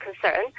concern